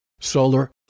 solar